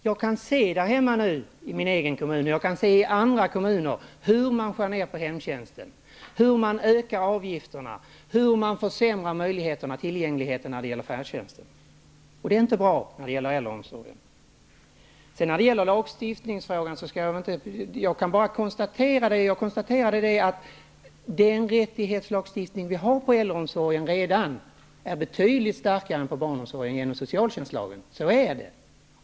Jag kan se i min egen kommun och i andra kommuner hur man skär ned på hemtjänsten, hur man ökar avgifterna, hur man försämrar tillgängligheten när det gäller färdtjänsten. Det är inte bra när det gäller äldreomsorgen. När det gäller lagstiftningsfrågan konstaterade jag bara att den rättighetslagstiftning som vi redan har på äldreomsorgens område är betydligt starkare än den vi har på barnomsorgens område genom socialtjänstlagen. Så är det.